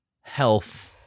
health